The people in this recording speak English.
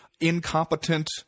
incompetent